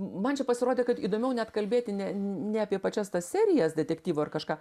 man čia pasirodė kad įdomiau net kalbėti ne ne apie pačias tas serijas detektyvo ar kažką